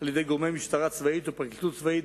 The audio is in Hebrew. על-ידי גורמי משטרה צבאית והפרקליטות הצבאית,